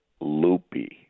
loopy